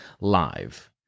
live